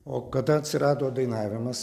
o kada atsirado dainavimas